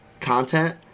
content